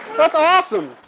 that's awesome.